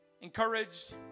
encouraged